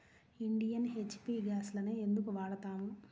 Indian, HP గ్యాస్లనే ఎందుకు వాడతాము?